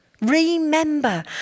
remember